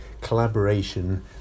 collaboration